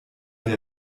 der